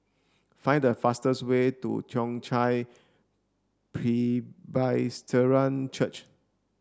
find the fastest way to Toong Chai Presbyterian Church